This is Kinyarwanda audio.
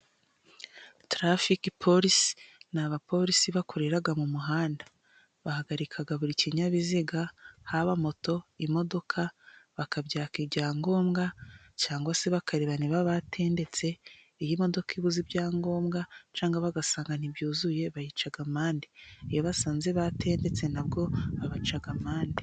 Tarafi polisi ni abapolisi bakorera mu muhanda, bahagarika buri kinyabiziga ,haba moto, imodoka, bakabyaka ibyangombwa bakareba niba batendetse iyo imodoka ibuza ibyangombwa cyangwa bagasanga bituzuye bayica. amande iyo basanze batendetse , nabwo babaca amande.